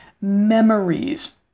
memories